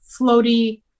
floaty